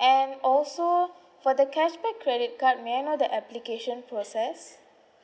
and also for the cashback credit card may I know the application process